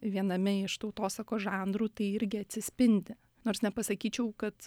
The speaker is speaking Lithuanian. viename iš tautosakos žanrų tai irgi atsispindi nors nepasakyčiau kad